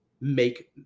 make